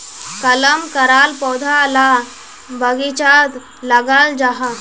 कलम कराल पौधा ला बगिचात लगाल जाहा